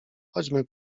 chodźmy